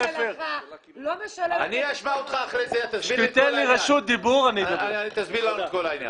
לא משלם --- תסביר לנו את כל העניין.